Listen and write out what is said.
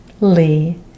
Lee